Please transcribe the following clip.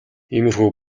иймэрхүү